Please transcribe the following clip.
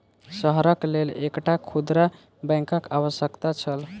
शहरक लेल एकटा खुदरा बैंकक आवश्यकता छल